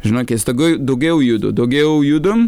žinokis tegu daugiau judu daugiau judum